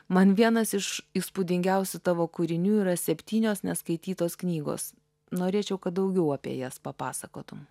man vienas iš įspūdingiausių tavo kūrinių yra septynios neskaitytos knygos norėčiau kad daugiau apie jas papasakotum